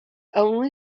only